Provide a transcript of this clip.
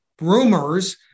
rumors